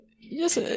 Yes